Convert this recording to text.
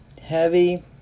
heavy